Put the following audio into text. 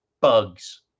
bugs